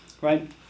right